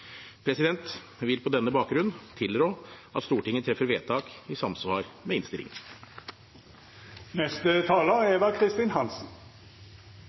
vil på denne bakgrunn tilrå at Stortinget treffer vedtak i samsvar med